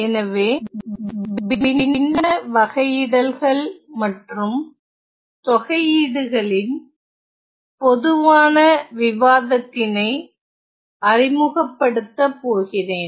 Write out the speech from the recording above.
எனவே நான் பின்ன வகையிடல்கள் மற்றும் தொகையீடுகளின் பொதுவான விவாதத்தினை அறிமுகப்படுத்த போகிறேன்